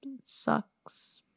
sucks